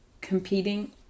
competing